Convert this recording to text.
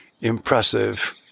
impressive